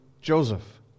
Joseph